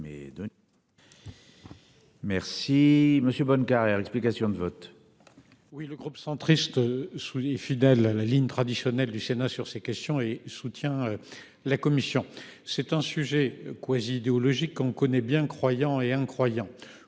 Merci. Monsieur Bonnecarrere. Explications de vote.